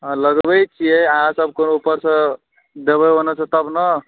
हँ लगबै छियै अहाँ सब कोनो ऊपरसँ देबै ओने से तब ने